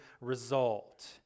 result